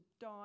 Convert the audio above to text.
die